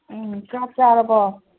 ꯆꯥꯛ ꯆꯥꯔꯕꯣ